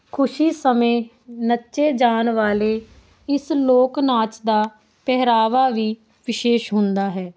ਖੁਸ਼ੀ ਸਮੇਂ ਨੱਚੇ ਜਾਣ ਵਾਲੇ ਇਸ ਲੋਕ ਨਾਚ ਦਾ ਪਹਿਰਾਵਾ ਵੀ ਵਿਸ਼ੇਸ਼ ਹੁੰਦਾ ਹੈ